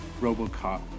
RoboCop